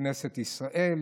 כנסת ישראל,